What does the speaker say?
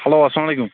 hello اسلام علیکُم